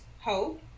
hope